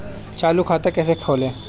चालू खाता कैसे खोलें?